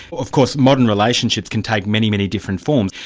of course modern relationships can take many, many different forms,